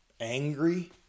angry